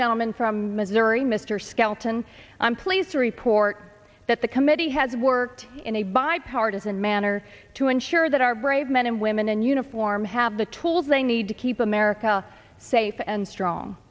gentleman from missouri mr skelton i'm pleased to report that the committee has worked in a bipartisan manner to ensure that our brave men and women in uniform have the tools they need to keep america safe and strong